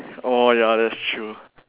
oh ya that's true